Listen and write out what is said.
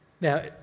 Now